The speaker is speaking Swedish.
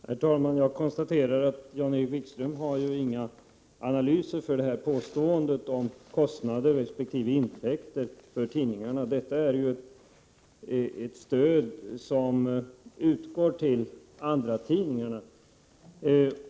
Herr talman! Jag kan konstatera att Jan-Erik Wikström inte har några analyser bakom påståendet om kostnader resp. intäkter för tidningarna. Det är fråga om ett stöd som utgår till andratidningarna.